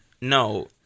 No